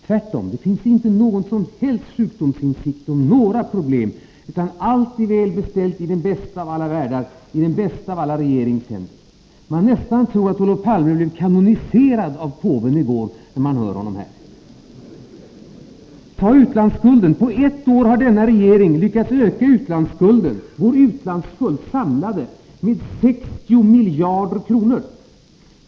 Tvärtom visar han ingen som helst sjukdomsinsikt när det gäller problemen, utan allting är väl beställt i den bästa av alla världar, i den bästa av alla regeringar. Man nästan tror att Olof Palme har blivit kanoniserad av påven i går när man hör honom här. Ta utlandsskulden! På ett år har denna regering lyckats öka vår samlade utlandsskuld med 60 miljarder kronor.